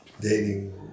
dating